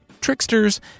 tricksters